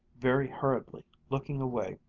very hurriedly, looking away,